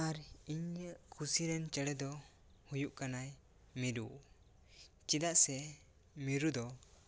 ᱟᱨ ᱤᱧᱟᱹᱜ ᱠᱩᱥᱤ ᱨᱮᱱ ᱪᱮᱬᱮ ᱫᱚ ᱦᱩᱭᱩᱜ ᱠᱟᱱᱟᱭ ᱢᱤᱨᱩ ᱪᱮᱫᱟᱜ ᱥᱮ ᱢᱤᱨᱩ ᱫᱚ